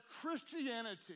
Christianity